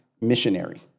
missionary